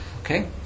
Okay